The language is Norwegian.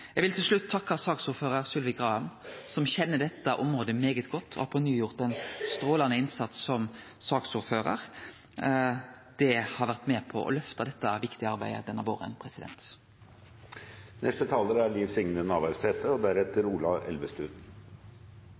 eg takke saksordføraren, Sylvi Graham, som kjenner dette området svært godt, og som på ny har gjort ein strålande innsats som saksordførar. Det har vore med på å løfte dette viktige arbeidet denne våren. Målet med utviklingspolitikk er å redusere og